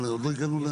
אבל עוד לא הגענו,